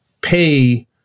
pay